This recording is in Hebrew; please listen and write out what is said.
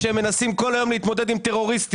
כשהם מנסים בכל היום להתמודד עם טרוריסטים.